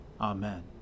Amen